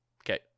okay